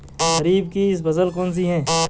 खरीफ की फसल कौन सी है?